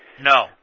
No